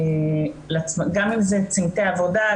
גם אם צמתי עבודה,